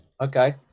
okay